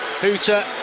hooter